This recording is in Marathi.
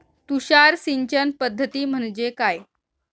तुषार सिंचन पद्धती म्हणजे काय?